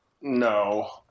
No